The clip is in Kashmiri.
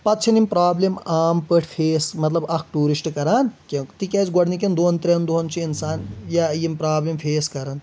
پَتہٕ چھِ نہٕ یِم پروبلِم عام پٲٹھۍ فیس مطلب اکھ ٹوٗرِسٹ کران کیٚنٛہہ تِکیٚازِ گۄڈٕنِکیٚن دۄن تریٚن دوہن چھ اِنسان یا یِم پروبلِم فیس کران